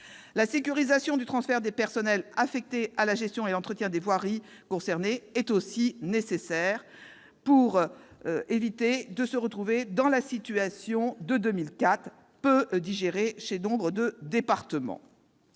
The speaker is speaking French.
La sécurisation du transfert des personnels affectés à la gestion et à l'entretien des voiries concernées est nécessaire pour éviter de se retrouver dans la situation de 2004, encore mal digérée par nombre de départements.